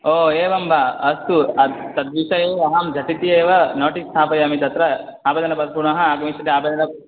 एवं वा अस्तु तद् तद्विषये एव अहं झटिति एव नोटिस् स्थापयामि तत्र आवेदनप पुनः आगमिष्यति आवेदनम्